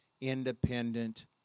independent